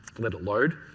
let it load